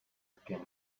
became